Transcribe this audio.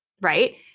right